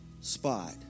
spot